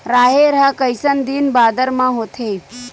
राहेर ह कइसन दिन बादर म होथे?